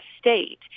State